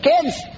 Kids